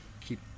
keep